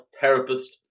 therapist